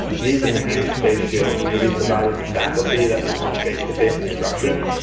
these enhanced face shields may be provided to faculty that perform face to face instruction,